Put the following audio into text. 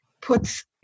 puts